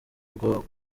ubwo